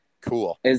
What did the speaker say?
Cool